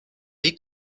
est